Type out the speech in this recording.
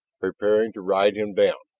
preparing to ride him down.